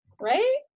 right